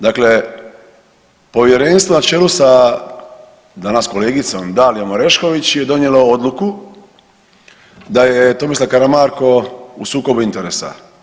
Dakle, Povjerenstvo na čelu sa, danas kolegicom, Dalijom Orešković je donijelo odluku da je Tomislav Karamarko u sukobu interesa.